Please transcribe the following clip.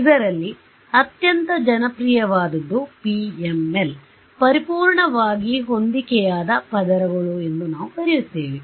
ಇದರಲ್ಲಿ ಅತ್ಯಂತ ಜನಪ್ರಿಯವಾದದ್ದು PML ಪರಿಪೂರ್ಣವಾಗಿ ಹೊಂದಿಕೆಯಾದ ಪದರಗಳು ಎಂದು ನಾವು ಕರೆಯುತ್ತೇವೆ